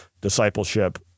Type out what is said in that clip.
discipleship